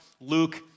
Luke